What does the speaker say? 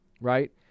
right